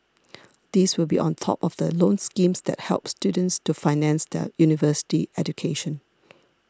these will be on top of the loan schemes that help students to finance their university education